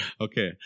Okay